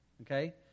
Okay